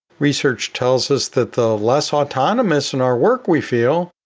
researchers tells us that the less autonomous in our work we feel,